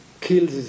kills